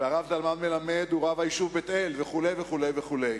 והרב זלמן מלמד הוא רב היישוב בית-אל וכו' וכו' וכו'.